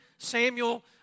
Samuel